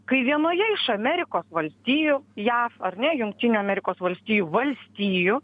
kai vienoje iš amerikos valstijų jav ar ne jungtinių amerikos valstijų valstijų